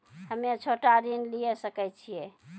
हम्मे छोटा ऋण लिये सकय छियै?